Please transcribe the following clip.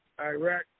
Iraq